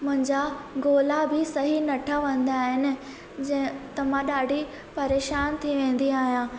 मुंहिंजा गोला बि सही न ठवंदा आहिनि जे त मां ॾाढी परेशान थी वेंदी आहियां